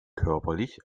körperlich